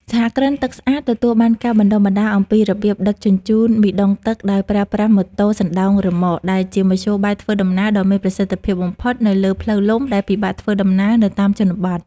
សហគ្រិនទឹកស្អាតទទួលបានការបណ្ដុះបណ្ដាលអំពីរបៀបដឹកជញ្ជូនប៊ីដុងទឹកដោយប្រើប្រាស់ម៉ូតូសណ្ដោងរ៉ឺម៉ក ដែលជាមធ្យោបាយធ្វើដំណើរដ៏មានប្រសិទ្ធភាពបំផុតនៅលើផ្លូវលំដែលពិបាកធ្វើដំណើរនៅតាមជនបទ។